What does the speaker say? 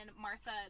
martha